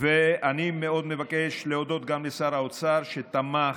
ואני מבקש להודות מאוד לשר האוצר, שתמך,